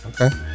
Okay